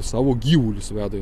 savo gyvulius veda